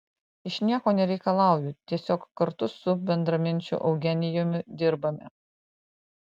iš nieko nereikalauju tiesiog kartu su bendraminčiu eugenijumi dirbame